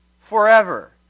Forever